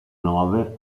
nove